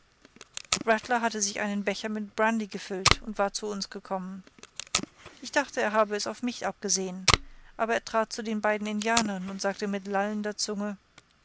rattler hatte sich einen becher mit brandy gefüllt und war zu uns gekommen ich dachte er habe es auf mich abgesehen aber er trat jetzt zu den beiden indianern und sagte mit lallender zunge